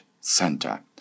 Center